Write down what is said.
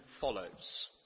follows